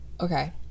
okay